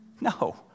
No